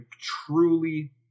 truly